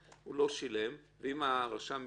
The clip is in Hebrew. ואם הרשם משתכנע,